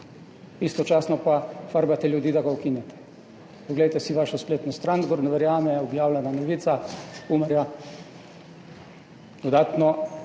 istočasno pa farbate ljudi, da ga ukine. Poglejte si vašo spletno stran, kdor ne verjame, objavljena novica Umarja, dodatno